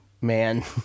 man